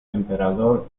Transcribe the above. emperador